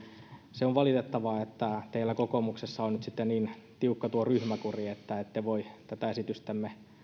se on valitettavaa että teillä kokoomuksessa on nyt sitten niin tiukka ryhmäkuri että ette voi tätä esitystämme